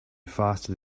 faster